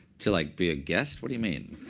to like be a guest? what you mean?